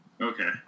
Okay